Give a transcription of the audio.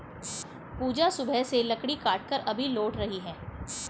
पूजा सुबह से लकड़ी काटकर अभी लौट रही है